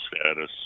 status